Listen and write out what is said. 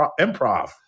improv